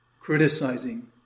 criticizing